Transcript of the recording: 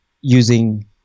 using